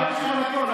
אני אשיב על הכול,